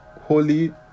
Holy